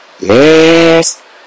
Yes